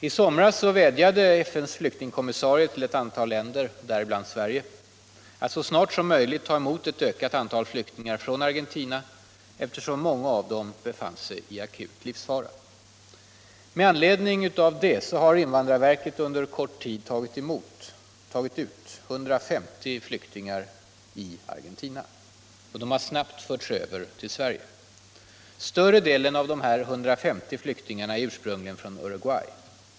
I somras vädjade FN:s flyktingskommissarie till ett antal länder, däribland Sverige, att så snart som möjligt ta emot ett ökat antal flyktingar från Argentina, eftersom många av dem befann sig i akut livsfara. Med anledning av det har invandrarverket under kort tid tagit ut 150 flyktingar i Argentina, och de har snabbt förts över till Sverige. Större delen av dessa 150 flyktingar kommer ursprungligen från Uruguay.